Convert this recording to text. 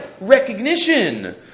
recognition